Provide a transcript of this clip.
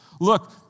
Look